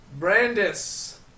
Brandis